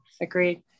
agreed